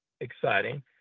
exciting